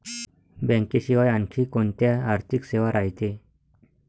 बँकेशिवाय आनखी कोंत्या आर्थिक सेवा रायते?